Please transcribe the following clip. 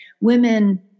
women